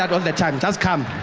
ah all the time, just come.